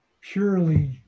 purely